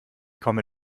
komme